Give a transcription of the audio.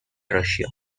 russia